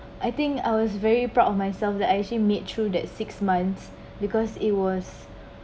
I think I was very proud of myself that I actually made through that six months because it was